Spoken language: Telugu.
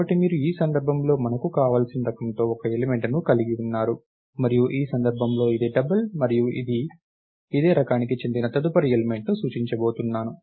కాబట్టి మీరు ఈ సందర్భంలో మనకు కావలసిన రకం తో ఒక ఎలిమెంట్ ను కలిగి ఉన్నారు మరియు ఈ సందర్భంలో ఇది డబుల్ మరియు మనము అదే రకానికి చెందిన తదుపరి ఎలిమెంట్ ను సూచించబోతున్నాము